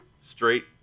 straight